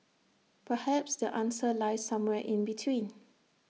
perhaps the answer lies somewhere in between